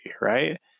right